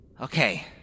Okay